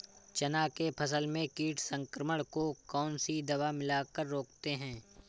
चना के फसल में कीट संक्रमण को कौन सी दवा मिला कर रोकते हैं?